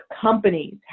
companies